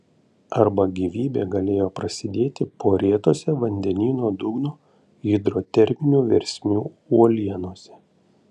arba gyvybė galėjo prasidėti porėtose vandenyno dugno hidroterminių versmių uolienose